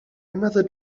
another